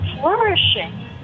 flourishing